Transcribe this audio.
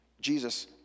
Jesus